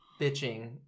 bitching